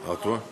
עטאונה.